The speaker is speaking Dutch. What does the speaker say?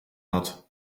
had